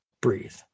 breathe